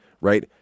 right